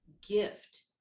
gift